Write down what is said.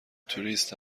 توریست